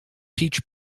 peach